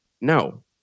No